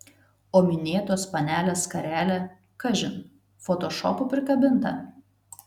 o minėtos panelės skarelė kažin fotošopu prikabinta